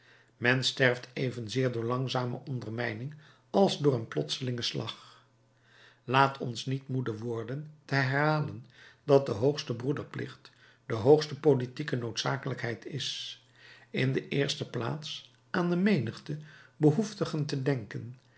men sterft evenzeer door langzame ondermijning als door een plotselingen slag laat ons niet moede worden te herhalen dat de hoogste broederplicht de hoogste politieke noodzakelijkheid is in de eerste plaats aan de menigte behoeftigen te denken